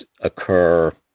occur